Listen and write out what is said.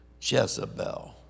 Jezebel